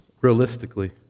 realistically